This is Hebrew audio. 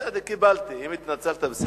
בסדר, קיבלתי, אם התנצל, בסדר.